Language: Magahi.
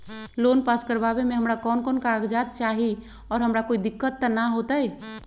लोन पास करवावे में हमरा कौन कौन कागजात चाही और हमरा कोई दिक्कत त ना होतई?